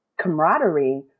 camaraderie